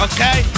Okay